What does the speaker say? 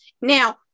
Now